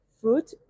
fruit